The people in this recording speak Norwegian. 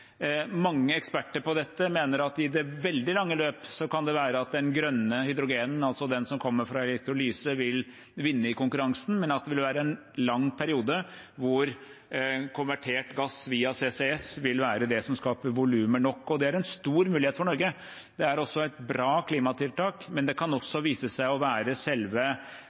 Mange eksperter på dette mener at i det veldig lange løp kan det være at det grønne hydrogenet, altså det som kommer fra elektrolyse, vil vinne i konkurransen, men at det vil være en lang periode da konvertert gass via CCS vil være det som skaper volumer nok. Det er en stor mulighet for Norge. Det er også et bra klimatiltak, men det kan også vise seg å være selve